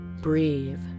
Breathe